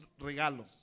regalo